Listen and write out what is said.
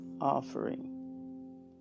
Offering